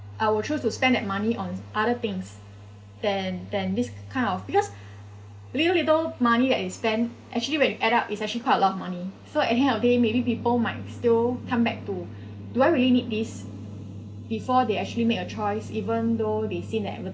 I will choose to spend that money on other things than than this kind of because really though money is spent actually when you add up it's actually quite a lot of money so at the end of the day maybe people might still come back to do I really need this before they actually make a choice even though they seen the advertisements